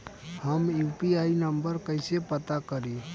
हम UPI number कइसे पता करी?